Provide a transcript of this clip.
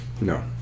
No